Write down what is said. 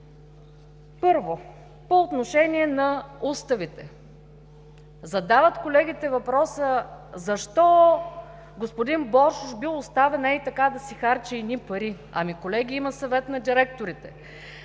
Първо, по отношение на уставите. Колегите задават въпроса защо господин Боршош бил оставен ей така да си харчи едни пари. Ами, колеги, има Съвет на директорите.